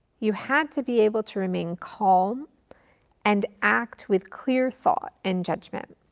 you had to be able to remain calm and act with clear thought and judgment.